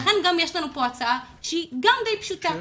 לכן יש לנו הצעה שהיא גם די פשוטה: